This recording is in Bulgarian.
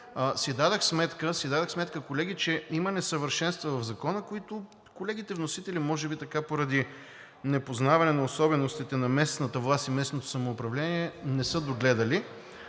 си дадох сметка, колеги, че има несъвършенства в Закона, които колегите вносители може би поради непознаване на особеностите на местната власт и местното самоуправление не са догледали.